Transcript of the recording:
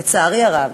לצערי הרב,